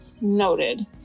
Noted